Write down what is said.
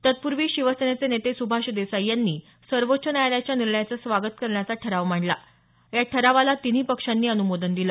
तत्पूर्वी शिवसेनेचे नेते सुभाष देसाई यांनी सर्वोच्च न्यायालयाच्या निर्णयाचं स्वागत करण्याचा ठराव मांडला या ठरावाला तिन्ही पक्षांनी अनुमोदन दिलं